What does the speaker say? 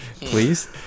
please